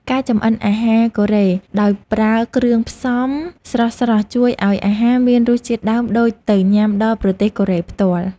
ការចម្អិនអាហារកូរ៉េដោយប្រើគ្រឿងផ្សំស្រស់ៗជួយឱ្យអាហារមានរសជាតិដើមដូចទៅញ៉ាំដល់ប្រទេសកូរ៉េផ្ទាល់។